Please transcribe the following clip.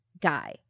guy